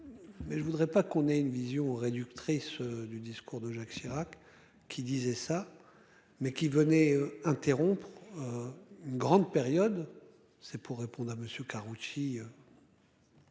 Mais je voudrais pas qu'on ait une vision réductrice du discours de Jacques Chirac qui disait ça. Mais qui venait interrompre. Une grande période. C'est pour répondre à monsieur Karoutchi.